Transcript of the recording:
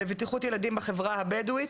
לבטיחות ילדים בחברה הבדואית,